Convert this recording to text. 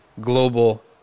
global